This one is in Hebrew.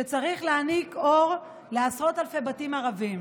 שצריך להעניק אור לעשרות אלפי בתים ערביים.